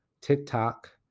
TikTok